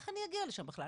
איך אני אגיע לשם בכלל?